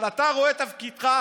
אבל אתה רואה את תפקידך,